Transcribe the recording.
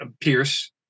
Pierce